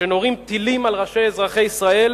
שנורים טילים על ראשי אזרחי ישראל